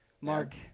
Mark